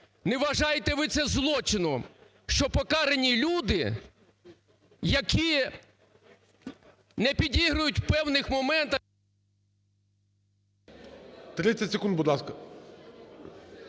не вважаєте ви це злочином, що покарані люди, які не підігрують в певних моментах…